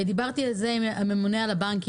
דיברתי על זה עם הממונה על הבנקים,